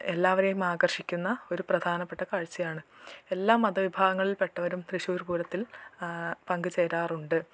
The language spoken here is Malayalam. എല്ലാവരെയും ആകർഷിക്കുന്ന ഒരു പ്രധാനപ്പെട്ട കാഴ്ചയാണ് എല്ലാ മത വിഭാഗങ്ങളിൽ പെട്ടവരും തൃശ്ശൂർ പൂരത്തിൽ പങ്ക് ചേരാറുണ്ട്